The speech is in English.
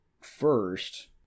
first